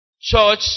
Church